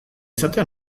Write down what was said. izatea